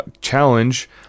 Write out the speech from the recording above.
challenge